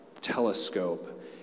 telescope